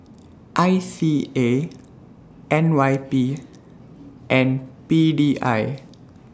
I C A N Y P and P D I